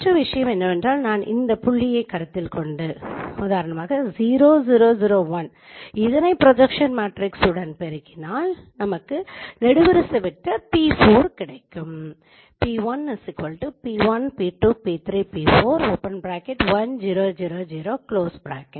மற்ற விஷயம் என்னவென்றால் நான் இந்த புள்ளியைக் கருத்தில் கொண்டு இதனை ப்ரொஜக்ஸன் மேட்ரிக்ஸ் உடன் பெருக்கினால் நெடுவரிசை வெக்டர் p4 கிடைக்கும்